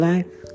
Life